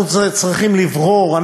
אנחנו צריכים לברור,